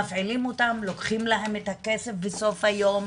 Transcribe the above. מפעילים אותם, לוקחים להם את הכסף בסוף היום,